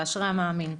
ואשרי המאמין.